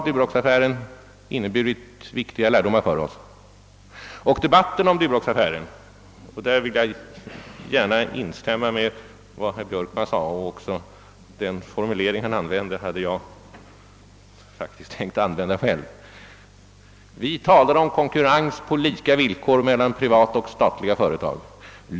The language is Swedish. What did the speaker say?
Duroxaffären har givit oss viktiga lärdomar. Beträffande debatten om denna affär vill jag gärna instämma i vad herr Björkman sade; den formulering han använde hade jag faktiskt tänkt använda själv. Vi talar om konkurrens på lika villkor mellan statliga och privata företag.